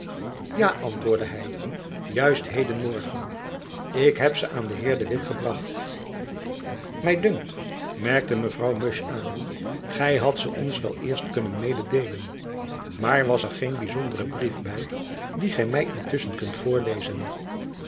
ja antwoordde hy juist heden morgen ik heb ze aan den heer de witt gebracht my dunkt merkte mevrouw musch aan gy hadt ze ons wel eerst kunnen mededeelen maar was er geen byzondere brief by dien gy my intusschen kunt voorlezen